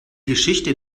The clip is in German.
geschichte